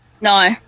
No